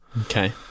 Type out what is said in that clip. Okay